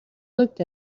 looked